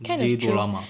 J drama